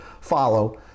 follow